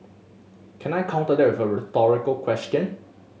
can I counter that with a rhetorical question